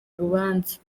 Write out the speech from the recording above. urubanza